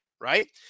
right